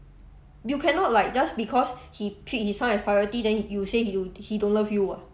you cannot like just because he treat his son as priority then you say you he don't love you ah